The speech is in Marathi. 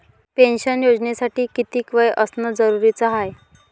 पेन्शन योजनेसाठी कितीक वय असनं जरुरीच हाय?